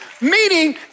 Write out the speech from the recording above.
Meaning